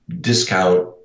discount